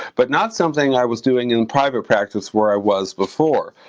but not something i was doing in private practice where i was before.